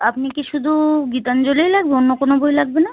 আপনি কি শুধু গীতাঞ্জলিই লাগবে অন্য কোনো বই লাগবে না